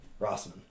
Rossman